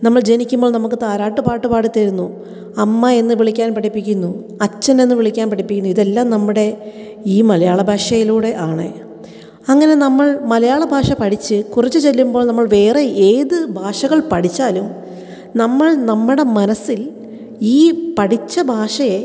നമ്മൾ ജനിക്കുമ്പോൾ നമുക്ക് താരാട്ട് പാട്ട് പാടി തരുന്നു അമ്മ എന്ന് വിളിക്കാൻ പഠിപ്പിക്കുന്നു അച്ഛൻ എന്നു വിളിക്കാൻ പഠിപ്പിക്കുന്നു ഇതെല്ലാം നമ്മുടെ ഈ മലയാള ഭാഷയിലൂടെ ആണ് അങ്ങനെ നമ്മൾ മലയാളഭാഷ പഠിച്ച് കുറച്ചു ചെല്ലുമ്പോൾ നമ്മൾ വേറെ ഏത് ഭാഷകൾ പഠിച്ചാലും നമ്മൾ നമ്മുടെ മനസ്സിൽ ഈ പഠിച്ച ഭാഷയെ